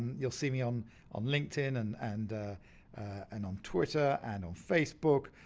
you'll see me on on linkedin and and and on twitter and on facebook.